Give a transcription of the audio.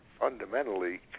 fundamentally